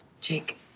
Jake